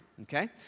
okay